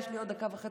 יש לי עוד דקה וחצי,